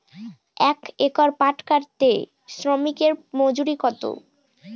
এক একর পাট কাটতে শ্রমিকের মজুরি কত?